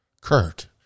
Kurt